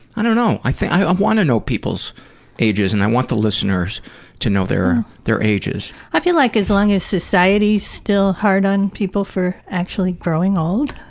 i don't know. i think i want to know people's ages and i want the listeners to know their their ages. i feel like as long as society is still hard on people for actually growing old,